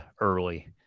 early